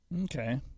Okay